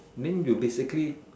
mean you basically